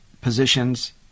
positions